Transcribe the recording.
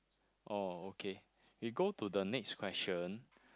oh okay we go to the next question